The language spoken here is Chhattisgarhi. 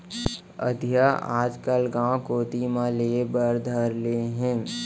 अधिया आजकल गॉंव कोती म लेय बर धर ले हें